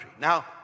Now